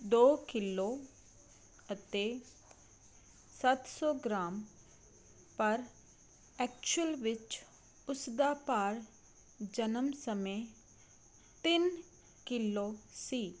ਦੋ ਕਿਲੋ ਅਤੇ ਸੱਤ ਸੌ ਗਰਾਮ ਪਰ ਐਕਚੁਅਲ ਵਿੱਚ ਉਸ ਦਾ ਭਾਰ ਜਨਮ ਸਮੇਂ ਤਿੰਨ ਕਿਲੋ ਸੀ